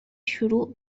شروع